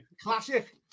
Classic